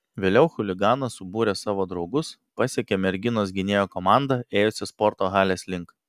vėliau chuliganas subūręs savo draugus pasekė merginos gynėjo komandą ėjusią sporto halės link